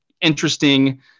interesting